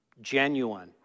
genuine